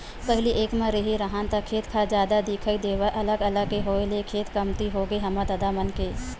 पहिली एक म रेहे राहन ता खेत खार जादा दिखउल देवय अलग अलग के होय ले खेत कमती होगे हे हमर ददा मन के